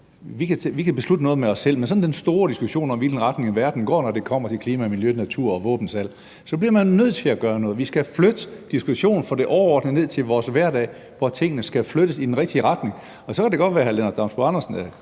vi kan beslutte noget med os selv, men sådan den store diskussion om, i hvilken retning verden går, når det kommer til klima, miljø, natur og våbensalg, har vi ikke – så bliver man nødt til at gøre noget. Vi skal flytte diskussionen fra det overordnede og ned til vores hverdag, hvor tingene skal flyttes i den rigtige retning. Så kan det godt være, at hr. Lennart Damsbo-Andersen er